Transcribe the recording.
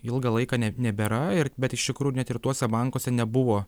ilgą laiką ne nebėra ir bet iš tikrųjų net ir tuose bankuose nebuvo